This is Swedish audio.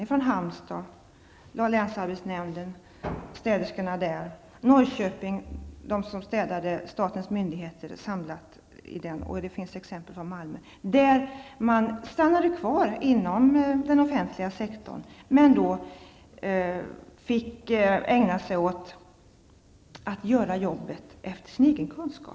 Vi har exempel ifrån Halmstad, städerskorna på länsarbetsnämnden, Norrköping, de som städade åt statens myndigheter där, och det finns exempel också från Malmö. Arbetstagarna stannade kvar inom den offentliga sektorn, men fick ägna sig åt att göra jobbet efter sin egen kunskap.